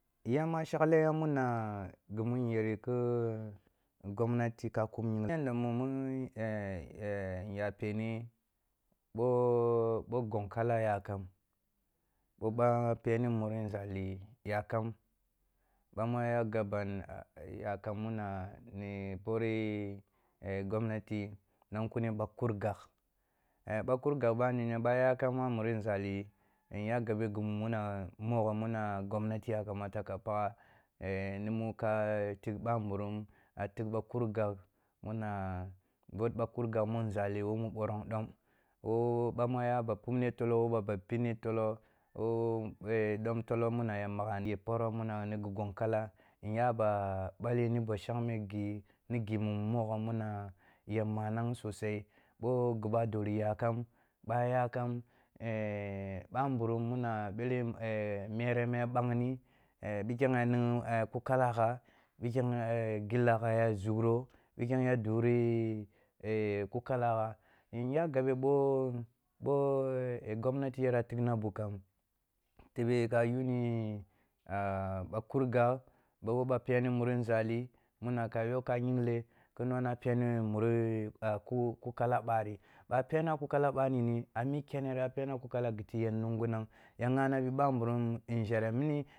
Ya ma shakle ya muna ghi mu nyere ku gomnati ka kum nya peni, ъo-ъo gongkala yakam, bo ba peni muri nȝali yakam, bamu ya gabban ah yakka muna ni poreh gomnati, nung kuni ъa kur gash ba kur gagh bani ni ya ka a muri nȝali, nyagabe ghi muna mogho muna gomnati ya kamata ka pagha, ni u ka tigh bam burum a tigh ba kur gagh no na, muna kur gagh mun nȝali wo borum ɗom, wo bamu a ya ba pupne tolo wo ba ba pinne tolo, wo dom tolo mu magha yo poroh muna gi bom kala, nya ba bale ni ba shangme ghi, ni ghi mimogho muna ya manang sosai, bo ghi badori yakami bo yakam bamburum muna ɓele mere muah ɓangni, pikhem a ning takala gha, pikhem gillagha ya sukwo, pikhem ya duri ku kalagha, nyagabe bo gomnati yara tighna bugh kam tebe ka yuni ba kur gas, wo ba peni muri nȝali, mini ka yo ka yingle, ki nona peni muri kuh kala bari, bo a pene kuh kala ɓani ni, a mi kenen a peni kunkala ghi ti ya nungunang, ya nhani bamburum nȝhere mini.